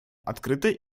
открытое